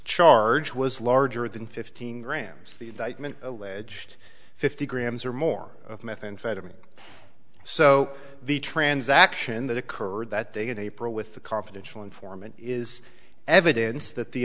charge was larger than fifteen grams an alleged fifty grams or more of methamphetamine so the transaction that occurred that they had april with the confidential informant is evidence that the